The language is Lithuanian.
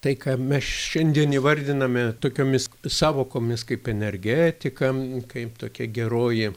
tai ką mes šiandien įvardiname tokiomis sąvokomis kaip energetika kaip tokia geroji